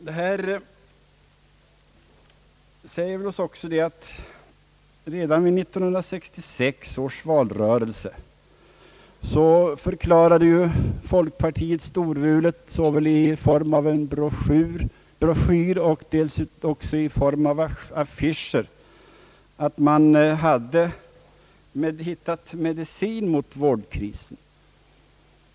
Redan vid 1966 års valrörelse förklarade folkpartiet storvulet, såväl i form av en broschyr som i form av affischer, att man hade funnit den rätta medicinen mot vårdkrisen.